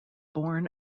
born